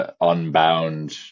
unbound